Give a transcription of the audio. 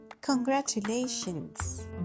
Congratulations